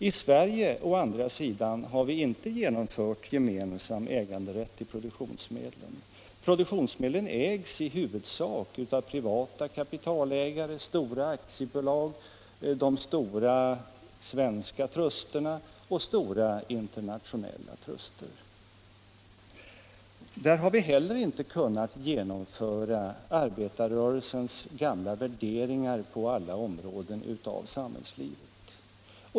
I Sverige å andra sidan har vi inte genomfört gemensam äganderätt | till produktionsmedlen. Produktionsmedlen ägs i huvudsak av privata kapitalägare, stora aktiebolag, stora svenska truster och stora internationella truster. Vi har inte heller här kunnat genomföra arbetarrörelsens | gamla värderingar på alla områden av samhällslivet.